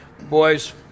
boys